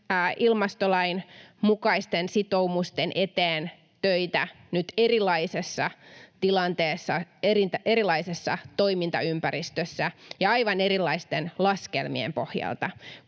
ilmastolain mukaisten sitoumusten eteen töitä nyt erilaisessa tilanteessa, erilaisessa toimintaympäristössä ja aivan erilaisten laskelmien pohjalta